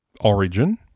Origin